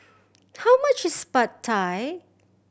how much is Pad Thai